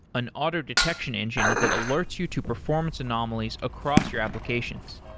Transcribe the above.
an auto detection engine that alerts you to performance anomalies across your applications.